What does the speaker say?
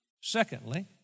Secondly